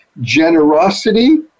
generosity